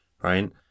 right